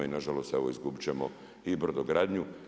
I nažalost, evo izgubiti ćemo i brodogradnju.